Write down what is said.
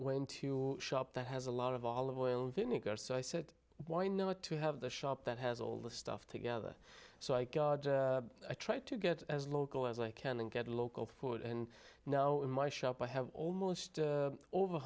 went to shop that has a lot of olive oil and vinegar so i said why not to have the shop that has all the stuff together so i try to get as local as i can and get local food and now in my shop i have almost over